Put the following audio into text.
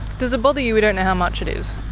does it bother you we don't know how much it is?